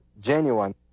genuine